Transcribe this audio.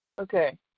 Okay